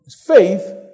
faith